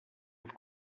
els